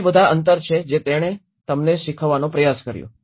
આ તે બધી અંતર છે જે તેણે તમને શીખવવાનો પ્રયાસ કર્યો